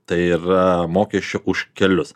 tai yra mokesčio už kelius